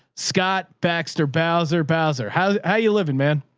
scott baxter, bowzer, bowzer. how are you living man?